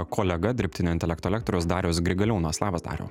kolega dirbtinio intelekto lektorius darius grigaliūnas labas dariau